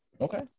Okay